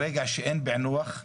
ברגע שאין פענוח,